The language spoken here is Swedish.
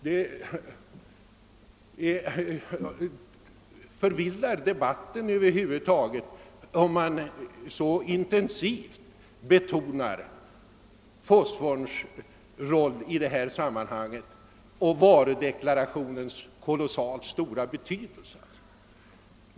Det förvillar debatten över huvud taget om man så intensivt betonar fosforns roll i detta sammanhang och försöker göra gällande att varudeklarationen skulle ha en så kolossalt stor betydelse.